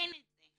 ואין את זה.